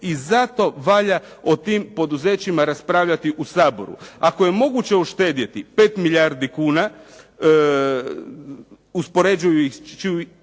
i zato valja o tim poduzećima raspravljati u Saboru. Ako je moguće uštedjeti 5 milijardi kuna uspoređujući ih